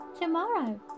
tomorrow